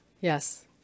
Yes